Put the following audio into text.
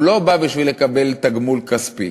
הוא לא בא בשביל לקבל תגמול כספי